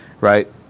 right